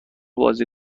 بازی